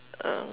um